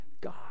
God